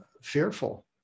fearful